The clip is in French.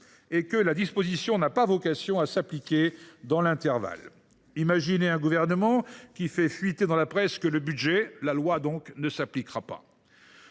et que « la disposition n’a pas vocation à s’appliquer dans l’intervalle ». Imaginez un gouvernement qui fait fuiter dans la presse que le budget – la loi donc !– ne s’appliquera pas…